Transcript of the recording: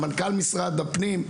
מנכ"ל משרד הפנים,